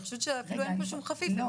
אני חושבת שאין פה שום חפיף,